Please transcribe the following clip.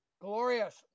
glorious